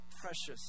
precious